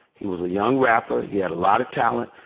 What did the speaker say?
he was a young rapper. he had a lot of talent,